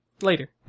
Later